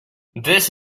this